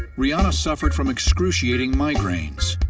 rihanna suffered from excruciating migraines.